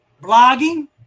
blogging